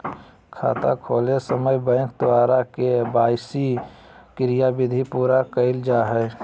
खाता खोलय समय बैंक द्वारा के.वाई.सी क्रियाविधि पूरा कइल जा हइ